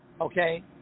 okay